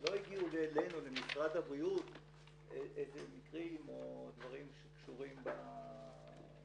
לא הגיעו למשרד הבריאות מקרים או דברים שקשורים בתחום